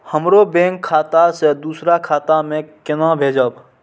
हमरो बैंक खाता से दुसरा खाता में केना भेजम?